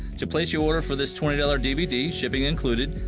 to place your order for this twenty dollars dvd, shipping included,